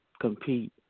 compete